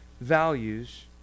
values